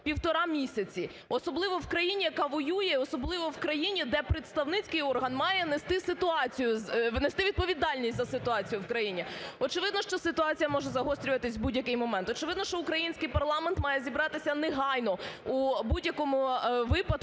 півтора місяці, особливо в країні, яка воює, особливо в країні, де представницький орган має нести ситуацію… нести відповідальність за ситуацію в країні. Очевидно, що ситуація може загострюватися в будь-який момент, очевидно, що український парламент має зібратися негайно у будь-якому випадку,